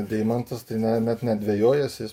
deimantas tai ne net nedvejojęs jis